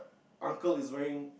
uncle is wearing